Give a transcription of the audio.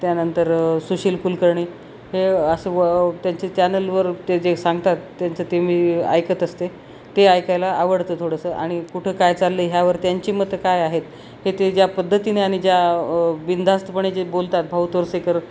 त्यानंतर सुशील कुलकर्णी हे असं व त्यांचे चॅनलवर ते जे सांगतात त्यांचं ते मी ऐकत असते ते ऐकायला आवडतं थोडंसं आणि कुठं काय चाललं ह्यावर त्यांची मतं काय आहेत हे ते ज्या पद्धतीने आणि ज्या बिनधास्तपणे जे बोलतात भाऊ तोरसेकर